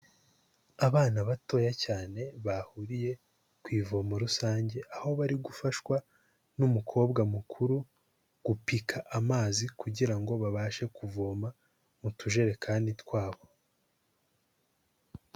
Abana batoya cyane bahuriye ku ivomo rusange aho bari gufashwa n'umukobwa mukuru gupika amazi kugira ngo babashe kuvoma mu tujerekani twabo.